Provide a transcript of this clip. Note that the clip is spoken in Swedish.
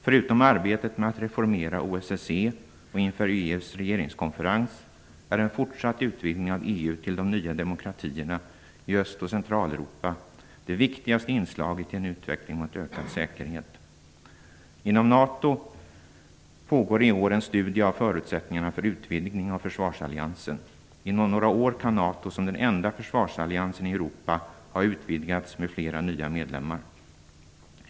Förutom arbetet med att reformera OSSE, och inför EU:s regeringskonferens, är en fortsatt utvidgning av EU till de nya demokratierna i Öst och Centraleuropa det viktigaste inslaget i en utveckling mot ökad säkerhet. Inom NATO pågår i år en studie av förutsättningarna för utvidgning av försvarsalliansen. Inom några år kan NATO, som den enda försvarsalliansen i Europa, ha utvidgats med flera nya medlemmar.